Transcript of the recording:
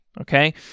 okay